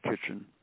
Kitchen